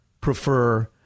prefer